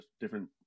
different